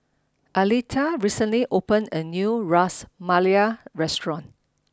Aleta recently opened a new Ras Malai restaurant